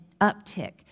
uptick